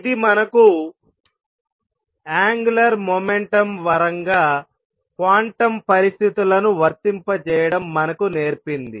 ఇది మనకు angular momentum పరంగా క్వాంటం పరిస్థితులను వర్తింపజేయడం మనకు నేర్పింది